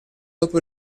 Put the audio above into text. dopo